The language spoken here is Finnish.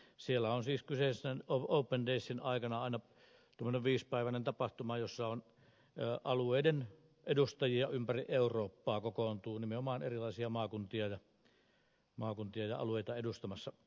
siellä on siis open daysin aikana aina tuommoinen viisipäiväinen tapahtuma jossa alueiden edustajia ympäri eurooppaa kokoontuu nimenomaan erilaisia maakuntia ja alueita edustamassa